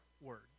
word